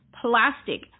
plastic